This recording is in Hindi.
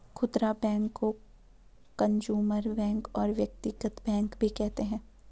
खुदरा बैंक को कंजूमर बैंक और व्यक्तिगत बैंक भी कहते हैं